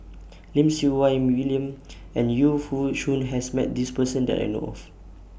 Lim Siew Wai William and Yu Foo Yee Shoon has Met This Person that I know of